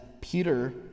Peter